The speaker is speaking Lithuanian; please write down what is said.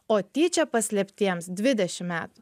o tyčia paslėptiems dvidešim metų